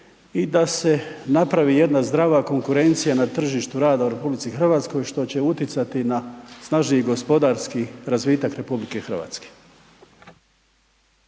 i da se napravi jedna zdrava konkurencija na tržištu rada u RH što će utjecati na snažniji gospodarski razvitak RH.